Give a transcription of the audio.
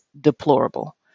deplorable